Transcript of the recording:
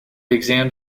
exam